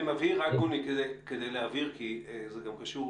אני מבהיר רק, גוני, כי זה גם קשור